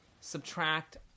subtract